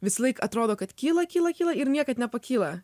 visą laik atrodo kad kyla kyla kyla ir niekad nepakyla